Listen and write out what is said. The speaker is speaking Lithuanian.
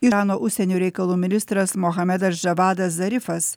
irano užsienio reikalų ministras mohamedas žavadas zarifas